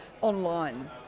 online